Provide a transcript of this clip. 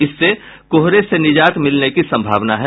इससे कोहरे से निजात मिलने की संभावना है